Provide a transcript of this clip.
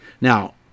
Now